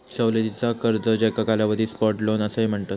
सवलतीचा कर्ज, ज्याका कधीकधी सॉफ्ट लोन असाही म्हणतत